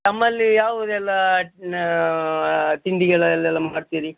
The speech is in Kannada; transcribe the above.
ತಮ್ಮಲ್ಲಿ ಯಾವುದೆಲ್ಲ ನ ತಿಂಡಿಗಳು ಅಲ್ಲೆಲ್ಲ ಮಾಡ್ತೀರಿ